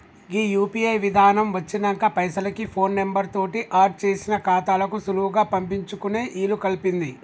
గీ UPI విధానం వచ్చినంక పైసలకి ఫోన్ నెంబర్ తోటి ఆడ్ చేసిన ఖాతాలకు సులువుగా పంపించుకునే ఇలుకల్పింది